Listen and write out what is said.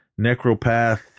Necropath